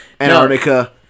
Antarctica